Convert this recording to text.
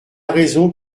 raison